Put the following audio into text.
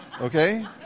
Okay